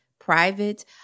private